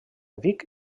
vic